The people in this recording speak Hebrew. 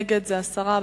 נגד, הסרה.